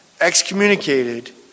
excommunicated